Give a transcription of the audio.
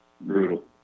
Brutal